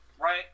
right